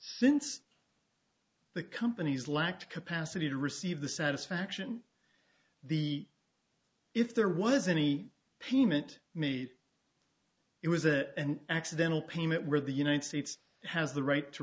since the companies lack the capacity to receive the satisfaction the if there was any payment made it was a and accidental payment where the united states has the right to